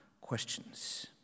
questions